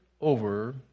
over